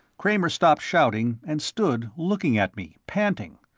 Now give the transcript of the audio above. kramer stopped shouting, and stood looking at me, panting.